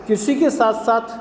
कृषि के साथ साथ